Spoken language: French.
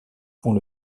pont